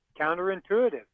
counterintuitive